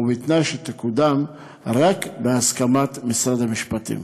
ובתנאי שתקודם רק בהסכמת משרד המשפטים.